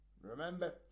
Remember